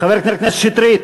חבר הכנסת שטרית.